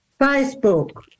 Facebook